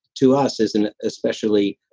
to us, is an especially,